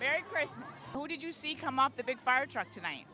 there chris who did you see come up the big fire truck tonight